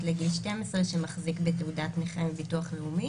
לגיל 12 שמחזיק בתעודת נכה מהביטוח הלאומי.